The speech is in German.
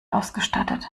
ausgestattet